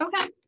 Okay